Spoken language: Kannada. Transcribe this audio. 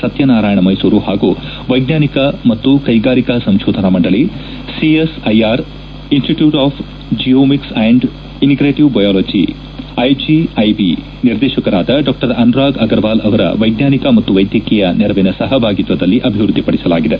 ಸತ್ಯನಾರಾಯಣ ಮೈಸೂರು ಹಾಗೂ ವೈಜ್ಞಾನಿಕ ಮತ್ತು ಕೈಗಾರಿಕಾ ಸಂಶೋಧನಾ ಮಂಡಳ CSIR institute of genomics and integrative biology IGIB ನಿರ್ದೇಶಕರಾದ ಡಾ ಅನುರಾಗ್ ಅಗರ್ ವಾಲ್ ಅವರ ವೈಜ್ಣಾನಿಕ ಮತ್ತು ವೈದ್ಯಕೀಯ ನೆರವಿನ ಸಹಭಾಗಿತ್ವದಲ್ಲಿ ಅಭಿವ್ಯದ್ಲಿಪಡಿಸಲಾಗಿದೆ